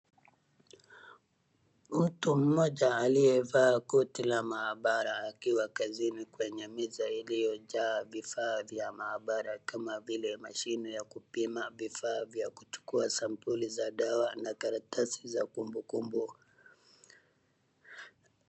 Mtu mmoja aliyevaa koti la maabara akiwa kazini kwenye meza iliyojaa vifaa vya maabara kama vile mashine ya kupima, vifaa vya kuchukua sampuli za dawa na karatasi za kumbukumbu.